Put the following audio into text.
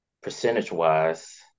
percentage-wise